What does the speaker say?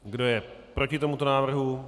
Kdo je proti tomuto návrhu?